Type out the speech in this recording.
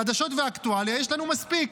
חדשות ואקטואליה יש לנו מספיק.